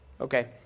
Okay